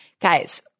Guys